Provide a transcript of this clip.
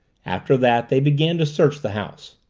after that they began to search the house.